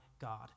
God